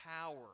power